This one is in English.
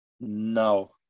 No